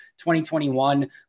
2021